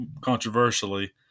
controversially